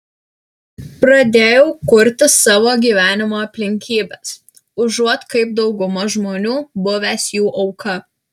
pradėjau kurti savo gyvenimo aplinkybes užuot kaip dauguma žmonių buvęs jų auka